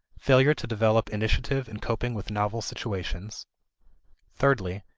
failure to develop initiative in coping with novel situations thirdly,